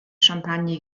champagne